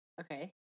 Okay